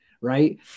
right